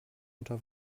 unter